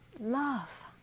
love